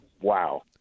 wow